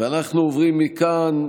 אנחנו עוברים מכאן,